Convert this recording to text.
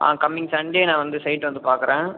ஆ coming Sunday நான் வந்து சைட்டை வந்து பார்க்குறேன்